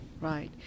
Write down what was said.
Right